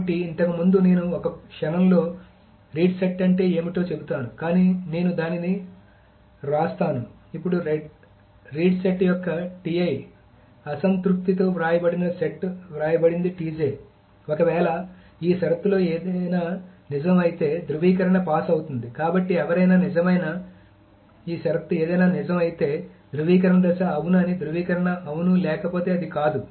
కాబట్టి ఇంతకుముందు నేను ఒక క్షణంలో రీడ్ సెట్ అంటే ఏమిటో చెబుతాను కానీ నేను దీనిని వ్రాస్తాను ఇప్పుడు రీడ్ సెట్ యొక్క అసంతృప్తితో వ్రాయబడిన సెట్ వ్రాయబడింది ఒకవేళ ఈ షరతులో ఏవైనా నిజం అయితే ధ్రువీకరణ పాస్ అవుతుంది కాబట్టి ఎవరైనా నిజమైతే ఈ షరతు ఏదైనా నిజం అయితే ధ్రువీకరణ దశ అవును అని ధ్రువీకరణ అవును లేకపోతే అది కాదు